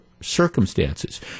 circumstances